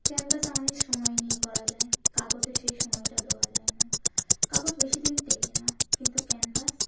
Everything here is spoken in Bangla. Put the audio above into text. ক্যানভাসে অনেক সময় নিয়ে করা যায় কাগজে সেই সময়টা দেওয়া যায় না কাগজ বেশি দিন টেকে না কিন্তু ক্যানভাস